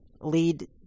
lead